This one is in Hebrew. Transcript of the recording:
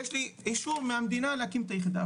יש לי אישור מהמדינה להקים את היחידה,